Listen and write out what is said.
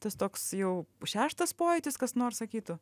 tas toks jau šeštas pojūtis kas nors sakytų